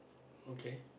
okay